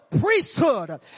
priesthood